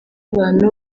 abantu